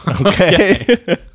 okay